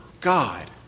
God